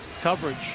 coverage